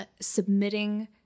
submitting